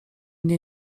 nie